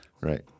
Right